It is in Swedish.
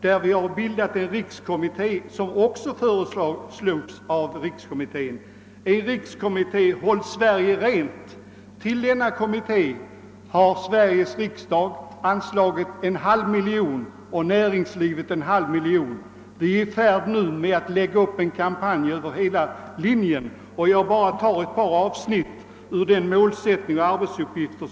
Det har bildats rikskommittén Håll Sverige Rent. Till denna kommittés arbete har Sveriges riksdag anslagit en halv miljon och näringslivet en halv miljon. Den är nu i färd med att lägga upp en kampanj över hela linjen. Låt mig citera några avsnitt ur kommitténs Arbetsuppgifter.